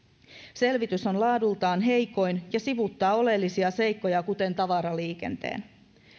selvitys on laadultaan heikoin ja sivuuttaa oleellisia seikkoja kuten tavaraliikenteen